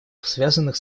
связанных